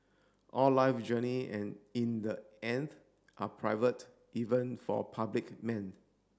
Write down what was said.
all life journey in the end are private even for public men